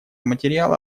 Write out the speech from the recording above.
материала